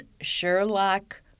Sherlock